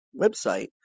website